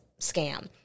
scam